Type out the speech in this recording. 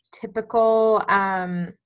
typical